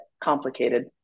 complicated